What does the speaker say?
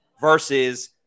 versus